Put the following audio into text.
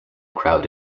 crowd